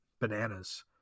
bananas